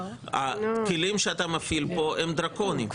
הכלים שאתה מפעיל פה הם דרקוניים.